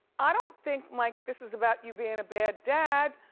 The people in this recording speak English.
i don't think, mike, this is about you bein' a bad dad.